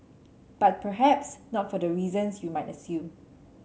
but perhaps not for the reasons you might assume